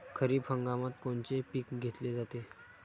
खरिप हंगामात कोनचे पिकं घेतले जाते?